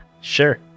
Sure